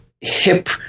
hip